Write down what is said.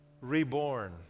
reborn